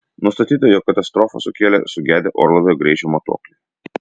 nustatyta jog katastrofą sukėlė sugedę orlaivio greičio matuokliai